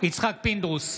יצחק פינדרוס,